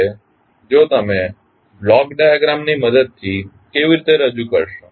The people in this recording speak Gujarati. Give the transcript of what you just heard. હવે તમે બ્લોક ડાયાગ્રામ ની મદદથી કેવી રીતે રજુ કરશો